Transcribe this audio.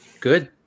good